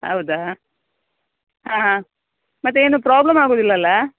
ಹೌದಾ ಹಾಂ ಮತ್ತೆ ಏನು ಪ್ರಾಬ್ಲಮ್ ಆಗೋದಿಲ್ಲ ಅಲ್ಲಾ